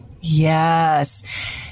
Yes